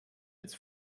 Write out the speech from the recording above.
its